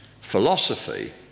philosophy